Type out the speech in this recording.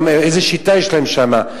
גם איזה שיטה יש להם שם,